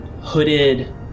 hooded